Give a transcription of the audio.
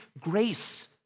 grace